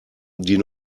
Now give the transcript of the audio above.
die